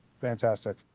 Fantastic